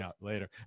later